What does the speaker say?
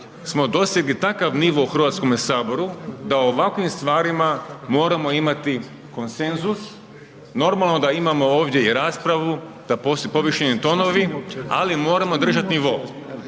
smo dosegli takav nivo u Hrvatskome saboru, da o ovakvim stvarima moramo imati konsenzus. Normalno da imamo ovdje i raspravu, da su povišeni tonovi, ali moramo držati nivo.